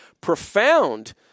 profound